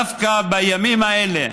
דווקא בימים האלה,